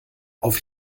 auf